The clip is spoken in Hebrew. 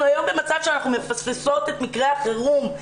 אנחנו היום במצב שאנחנו מפספסות את מקרי החירום.